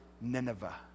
Nineveh